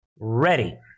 ready